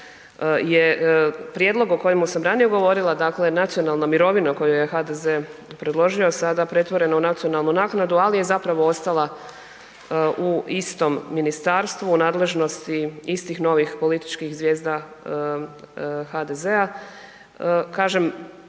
je prijedlog o kojemu sam ranije govorila, dakle nacionalna mirovina koju je HDZ predložio, a sada pretvoren u nacionalnu naknadu, ali je zapravo ostala u istom ministarstvu u nadležnosti istih novih političkih zvijezda HDZ-a. Kažem,